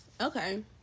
Okay